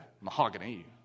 mahogany